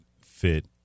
fit